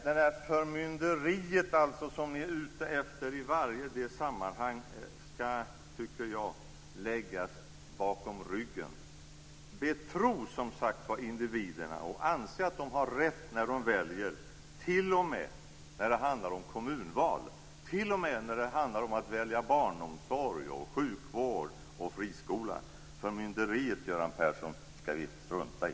Det där förmynderiet som ni är ute efter i varje sammanhang skall, tycker jag, läggas bakom ryggen. Betro som sagt var individerna och anse att de har rätt när de väljer, t.o.m. när det handlar om kommunval, om att välja barnomsorg, sjukvård och friskola. Förmynderiet, Göran Persson, skall vi strunta i.